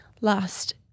last